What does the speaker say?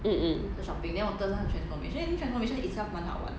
mm